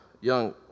young